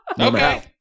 Okay